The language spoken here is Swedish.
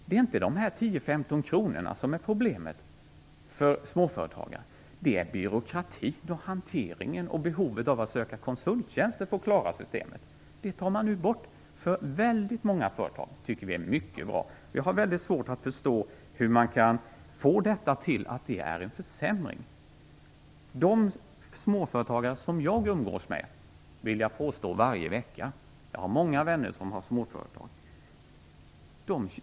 Det är inte dessa 10-15 kr som är problemet för småföretagare, utan det är byråkratin, hanteringen och behovet av konsulttjänster för att klara systemet. Det tar man nu bort för väldigt många företag, och det är mycket bra. Jag har väldigt svårt att förstå hur man kan få detta till att det är en försämring. Jag umgås med småföretagare varje vecka. Jag har många vänner som har småföretag.